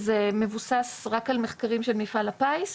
וזה מבוסס רק על מחקרים של מפעל הפיס,